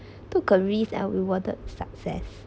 took a risk ah rewarded success